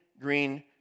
green